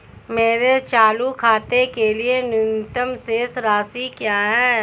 मेरे चालू खाते के लिए न्यूनतम शेष राशि क्या है?